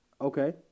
Okay